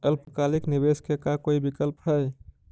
अल्पकालिक निवेश के का कोई विकल्प है?